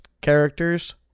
characters